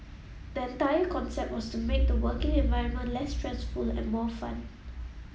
the entire concept was to make the working environment less stressful and more fun